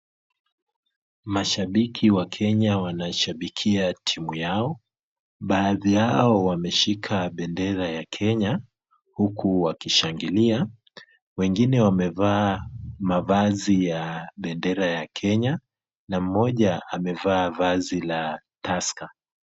Mashabiki wa kenya wanashabikia timu yao, baadhi yao wameshika bendera ya kenya huku wakishangilia wengine wamevaa mavazi ya bendera ya kenya na mmoja amevaa vazi la tusker .